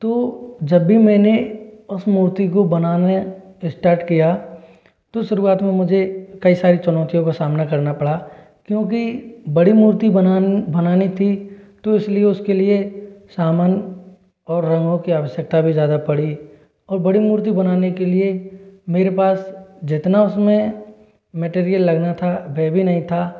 तो जब भी मैंने उस मूर्ति को बनाने इस्टार्ट किया तो शुरुआत में मुझे कई सारी चुनौतियों का सामना करना पड़ा क्योंकि बड़ी मूर्ति बनान बनानी थी तो इसलिए उसके लिए सामान और रंगों की आवश्यकता भी ज़्यादा पड़ी और बड़ी मूर्ति बनाने के लिए मेरे पास जितना उसमें मेटेरियल लगना था वह भी नहीं था